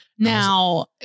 Now